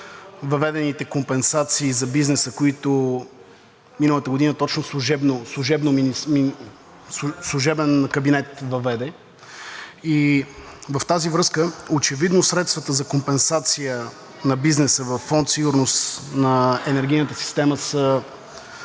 въведените компенсации за бизнеса, които миналата година точно служебен кабинет въведе. В тази връзка, очевидно средствата за компенсация на бизнеса във Фонд „Сигурност на електроенергийната система“ са